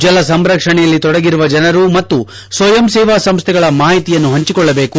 ಜಲ ಸಂರಕ್ಷಣೆಯಲ್ಲಿ ತೊಡಗಿರುವ ಜನರು ಮತ್ತು ಸ್ವಯಂ ಸೇವಾ ಸಂಸ್ಥೆಗಳ ಮಾಹಿತಿಯನ್ನು ಪಂಚಿಕೊಳ್ಳಬೇಕು